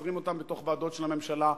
מסדרים אותם בתוך ועדות של הממשלה,